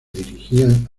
dirigían